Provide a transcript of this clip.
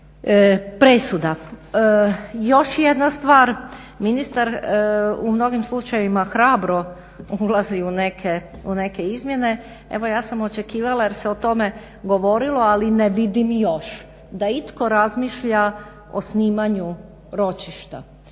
presuda. Još jedna stvar ministar u mnogim slučajevima hrabro ulazi u neke izmjene. Evo ja sam očekivala, jer se o tome govorilo, ali ne vidim još da itko razmišlja o snimanju ročišta